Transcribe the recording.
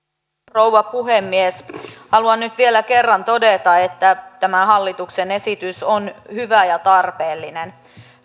rouva puhemies haluan nyt vielä kerran todeta että tämä hallituksen esitys on hyvä ja tarpeellinen